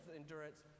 endurance